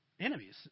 enemies